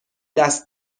دست